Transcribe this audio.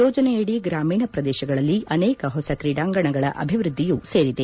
ಯೋಜನೆಯಡಿ ಗ್ರಾಮೀಣ ಪ್ರದೇಶಗಳಲ್ಲಿ ಅನೇಕ ಹೊಸ ಕ್ರೀಡಾಂಗಣಗಳ ಅಭಿವ್ಯದ್ದಿಯೂ ಸೇರಿದೆ